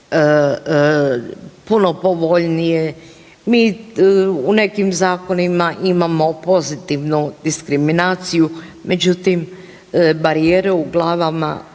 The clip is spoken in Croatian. puno povoljnije, mi u nekim zakonima imamo pozitivnu diskriminaciju međutim barijere u glavama